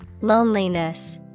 Loneliness